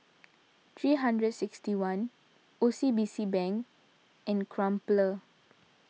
three hundred sixty one O C B C Bank and Crumpler